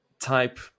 type